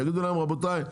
יגידו להם: רבותיי,